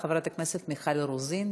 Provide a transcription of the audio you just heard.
חברת הכנסת מיכל רוזין,